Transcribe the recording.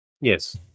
Yes